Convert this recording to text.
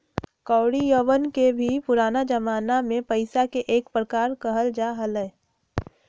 कौडियवन के भी पुराना जमाना में पैसा के एक प्रकार कहल जा हलय